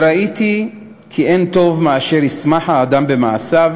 "וראיתי כי אין טוב מאשר ישמח האדם במעשיו